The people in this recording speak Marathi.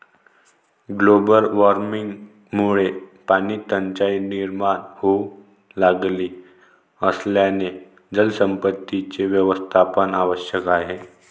ग्लोबल वॉर्मिंगमुळे पाणीटंचाई निर्माण होऊ लागली असल्याने जलसंपत्तीचे व्यवस्थापन आवश्यक आहे